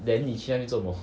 then 你去那边做什么